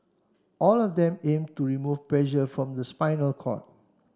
all of them aim to remove pressure from the spinal cord